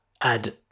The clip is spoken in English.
add